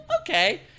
Okay